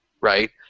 right